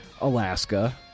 Alaska